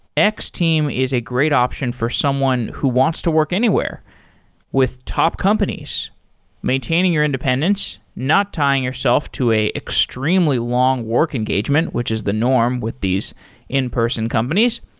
x-team is a great option for someone who wants to work anywhere with top companies maintaining your independence, not tying yourself to an extremely long work engagement, which is the norm with these in-person companies,